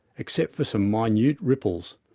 except for some minute ripples.